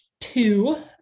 two